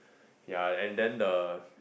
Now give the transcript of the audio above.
ya and then the